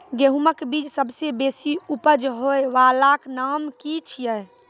गेहूँमक बीज सबसे बेसी उपज होय वालाक नाम की छियै?